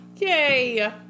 Yay